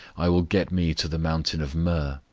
i will get me to the mountain of myrrh,